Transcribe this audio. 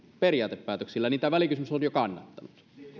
periaatepäätöksillä niin tämä välikysymys on jo kannattanut